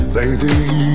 lady